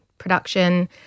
production